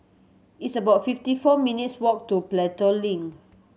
it's about fifty four minutes' walk to Pelton Link